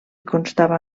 constava